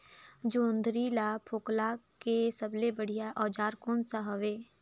जोंदरी ला फोकला के सबले बढ़िया औजार कोन सा हवे?